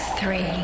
three